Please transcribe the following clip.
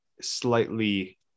slightly